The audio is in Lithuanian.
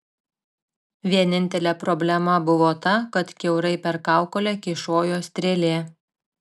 vienintelė problema buvo ta kad kiaurai per kaukolę kyšojo strėlė